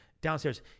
downstairs